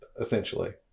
essentially